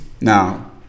Now